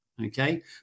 Okay